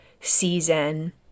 season